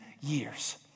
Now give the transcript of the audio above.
years